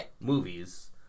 movies